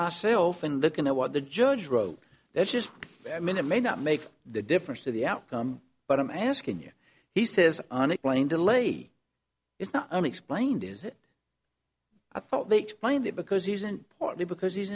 myself and looking at what the judge wrote this is minute may not make the difference to the outcome but i'm asking you he says unexplained delay is not unexplained is it i thought they explained it because he isn't partly because he's